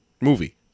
movie